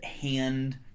hand